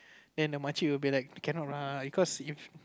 and the macik will be like cannot lah because if